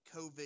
COVID